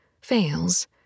fails